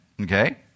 okay